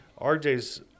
RJ's –